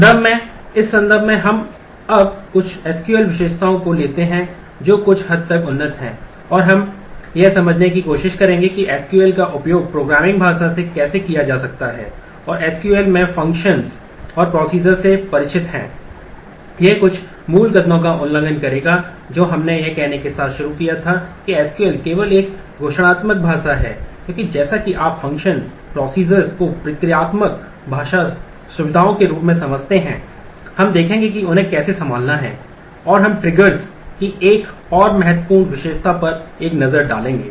संदर्भ में इस संदर्भ में हम अब कुछ एसक्यूएल की एक और महत्वपूर्ण विशेषता पर एक नज़र डालेंगे